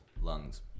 Lungs